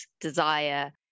desire